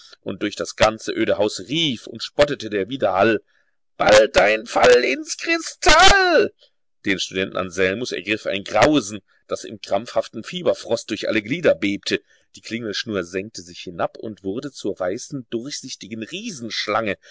und durch das ganze öde haus rief und spottete der widerhall bald dein fall ins kristall den studenten anselmus ergriff ein grausen das im krampfhaften fieberfrost durch alle glieder bebte die klingelschnur senkte sich hinab und wurde zur weißen durchsichtigen riesenschlange